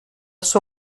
sua